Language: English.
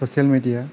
social media